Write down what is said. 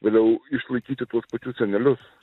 vėliau išlaikyti tuos pačius senelius